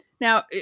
Now